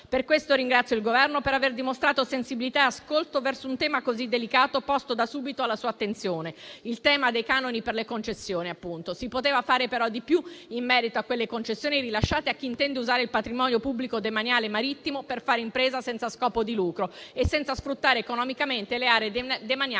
pertanto il Governo per aver dimostrato sensibilità e ascolto verso un tema così delicato, posto da subito alla sua attenzione: il tema dei canoni per le concessioni. Si poteva fare però di più in merito alle concessioni rilasciate a chi intende usare il patrimonio pubblico demaniale marittimo per fare impresa senza scopo di lucro e senza sfruttare economicamente le aree demaniali